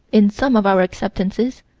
in some of our acceptances,